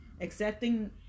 accepting